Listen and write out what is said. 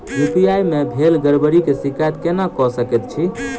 UPI मे भेल गड़बड़ीक शिकायत केना कऽ सकैत छी?